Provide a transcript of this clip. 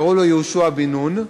קראו לו יהושע בן נון.